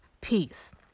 peace